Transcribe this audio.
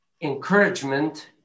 encouragement